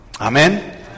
Amen